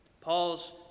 Paul's